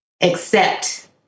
accept